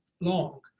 long